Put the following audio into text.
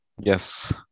Yes